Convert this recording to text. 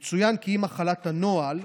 יצוין כי עם החלת הנוהל,